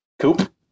Coop